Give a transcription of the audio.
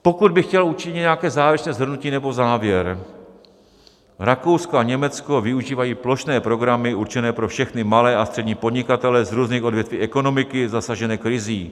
Pokud bych chtěl učinit nějaké závěrečné shrnutí nebo závěr, Rakousko a Německo využívají plošné programy určené pro všechny malé a střední podnikatele z různých odvětví ekonomiky zasažené krizí.